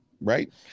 Right